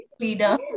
leader